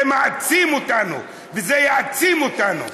זה מעצים אותנו וזה יעצים אותנו.